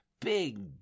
big